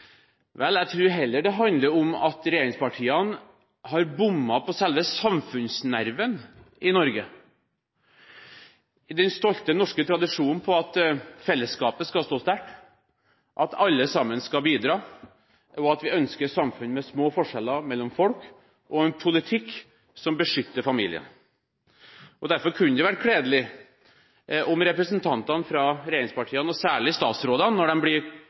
Vel, jeg tror heller det handler om at regjeringspartiene har bommet på selve samfunnsnerven i Norge: Den stolte norske tradisjonen med at fellesskapet skal stå sterkt, at alle sammen skal bidra, at vi ønsker et samfunn med små forskjeller mellom folk og en politikk som beskytter familien. Derfor hadde det vært gledelig om representantene fra regjeringspartiene, og særlig statsråder, når de blir